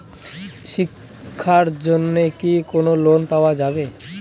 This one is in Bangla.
শিক্ষার জন্যে কি কোনো লোন পাওয়া যাবে?